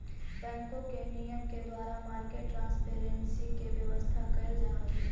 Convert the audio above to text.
बैंकों के नियम के द्वारा मार्केट ट्रांसपेरेंसी के व्यवस्था कैल जा हइ